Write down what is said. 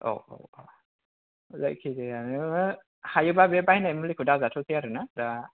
औ औ औ जायखि जाया नोङो हायोबा बे बायनाय मुलिखौ दाजाथ'सै आरो ना दा